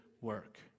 work